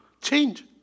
change